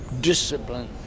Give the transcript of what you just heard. discipline